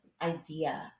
idea